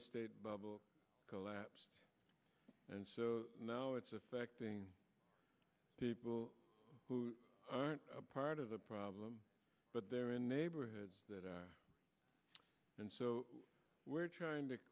estate bubble collapsed and so now it's affecting people who aren't part of the problem but they're in neighborhoods that are and so we're trying to